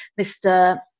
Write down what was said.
Mr